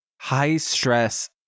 high-stress